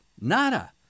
nada